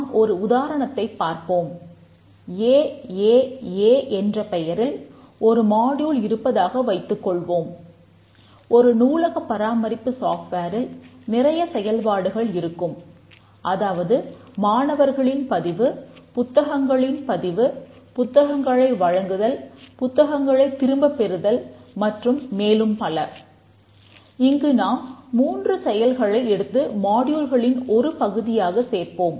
நாம் ஒரு உதாரணத்தைப் பார்ப்போம்